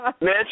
Mitch